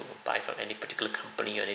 buy from any particular company or anything